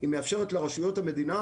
היא מאפשר לרשויות המדינה,